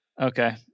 okay